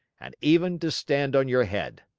and even to stand on your head.